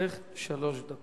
לרשותך שלוש דקות.